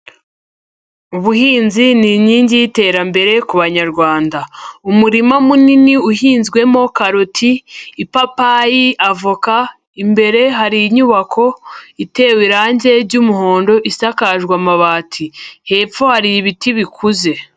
Ubuhinzi ni inkingi y'iterambere ku banyarwanda, umurima munini uhinzwemo karoti, ipapayi, avoka, imbere hari inyubako itewe irangi ry'umuhondo isakajwe amabati, hepfo hari ibiti bikuze.